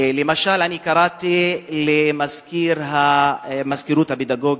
למשל המזכירות הפדגוגית,